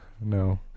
No